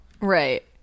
Right